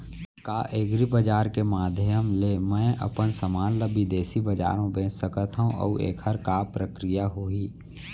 का एग्रीबजार के माधयम ले मैं अपन समान ला बिदेसी बजार मा बेच सकत हव अऊ एखर का प्रक्रिया होही?